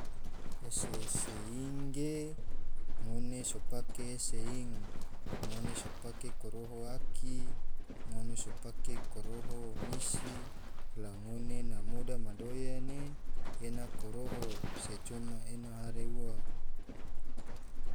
Ese-ese ing ge ngone so pake ese ing ngone so pake koroho aki, ngone so pake koroho ngisi, la ngone na moda madoya ne ena koroho se coma ena hare ua.